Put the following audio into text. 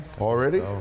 already